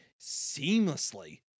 seamlessly